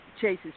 chases